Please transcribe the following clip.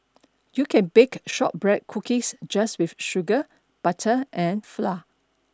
you can bake shortbread cookies just with sugar butter and flour